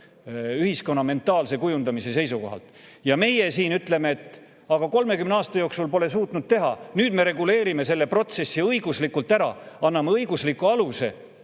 ühiskonna mentaalsuse kujundamise seisukohalt. Ja meie siin ütleme, et 30 aasta jooksul pole suudetud seda teha, nüüd me reguleerime selle protsessi õiguslikult ära, anname õigusliku aluse,